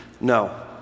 No